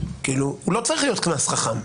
הוא לא צריך להיות קנס חכם.